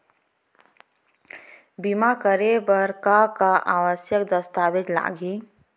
बीमा करे बर का का आवश्यक दस्तावेज लागही